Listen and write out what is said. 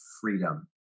freedom